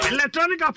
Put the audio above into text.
Electronic